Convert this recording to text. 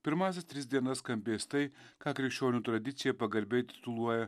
pirmąsias tris dienas skambės tai ką krikščionių tradicija pagarbiai tituluoja